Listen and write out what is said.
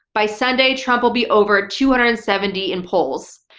by sunday trump will be over two hundred and seventy in polls.